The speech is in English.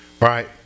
right